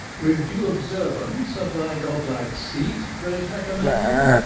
with due observance of thy godlike seat, great agamemnon,